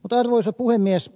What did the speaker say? arvoisa puhemies